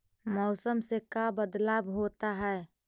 मौसम से का बदलाव होता है?